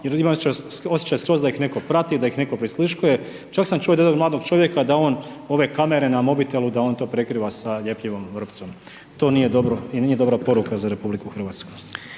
imaju osjećaj skroz da ih netko prati, da ih netko prisluškuje. Čak sam čuo od jednog mladog čovjeka, da on, ove kamere na mobitelu, da on to prekriva sa ljepljivom vrpcom. To nije dobro i nije dobra poruka za RH.